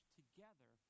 together